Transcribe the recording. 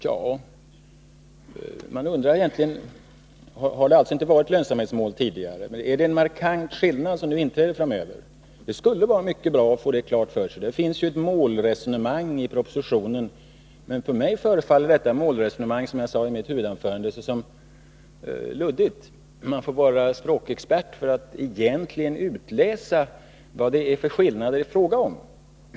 Ja, man undrar egentligen om företagen inte tidigare har haft några sådana. Inträder det en markant skillnad framöver? Det vore bra att få reda på det. Det finns ju ett målresonemang i propositionen, men för mig förefaller detta resonemang — som jag också sade i mitt huvudanförande — luddigt. Man måste vara språkexpert för att egentligen kunna utläsa vilka skillnader det är fråga om.